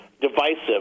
divisive